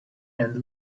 and